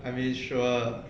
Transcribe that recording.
I mean sure